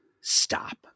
stop